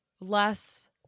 Less